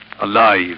Alive